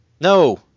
No